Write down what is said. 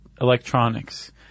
electronics